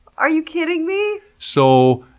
are you kidding me! so,